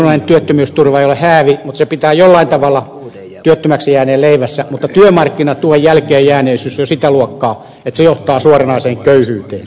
ansiosidonnainen työttömyysturva ei ole häävi mutta se pitää jollain tavalla työttömäksi jääneen leivässä mutta työmarkkinatuen jälkeenjääneisyys on jo sitä luokkaa että se johtaa suoranaiseen köyhyyteen